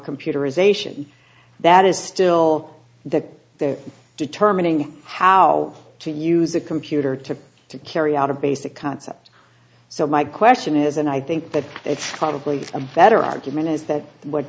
computerization that is still that they're determining how to use a computer to to carry out a basic concept so my question is and i think that it's probably a better argument is that what